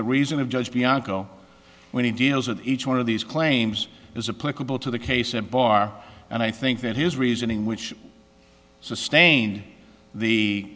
the reason of judge bianco when he deals with each one of these claims is a political to the case and bar and i think that his reasoning which sustained the